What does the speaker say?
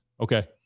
okay